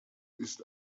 ist